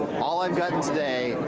all i've gotten today,